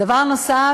דבר נוסף,